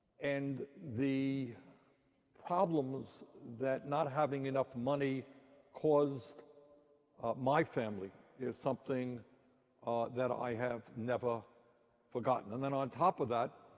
and the problems that not having enough money caused my family is something that i have never forgotten. and then on top of that,